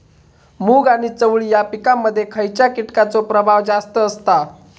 मूग आणि चवळी या पिकांमध्ये खैयच्या कीटकांचो प्रभाव जास्त असता?